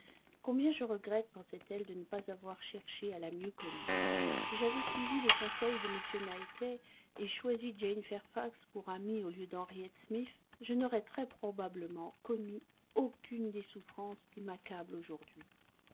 combien je regrette pensait-elle de ne pas avoir cherché à la mieux connaître si j'avais suivi les conseils de m knightley et choisi jane fairfax pour amie au lieu d'henriette smith je n'aurais très probablement connu aucune des souffrances qui m'accablent aujourd'hui